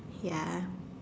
ya